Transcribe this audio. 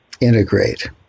integrate